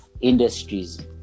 industries